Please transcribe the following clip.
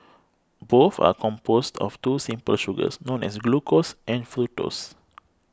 both are composed of two simple sugars known as glucose and fructose